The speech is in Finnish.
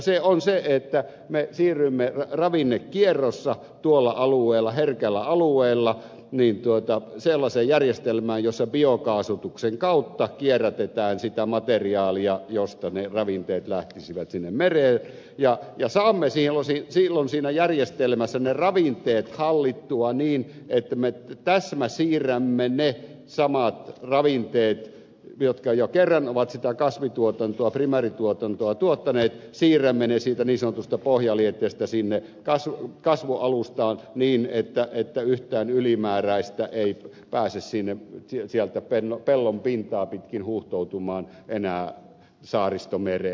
se on se että me siirrymme ravinnekierrossa tuolla alueella herkällä alueella sellaiseen järjestelmään jossa biokaasutuksen kautta kierrätetään sitä materiaalia josta ne ravinteet lähtisivät sinne mereen ja saamme silloin siinä järjestelmässä ne ravinteet hallittua niin että me täsmäsiirrämme ne samat ravinteet jotka jo kerran ovat sitä kasvituotantoa primäärituotantoa tuottaneet siirrämme ne siitä niin sanotusta pohjalietteestä sinne kasvualustaan niin että yhtään ylimääräistä ei pääse sieltä pellon pintaa pitkin huuhtoutumaan enää saaristomereen